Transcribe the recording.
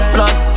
Plus